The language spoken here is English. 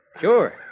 Sure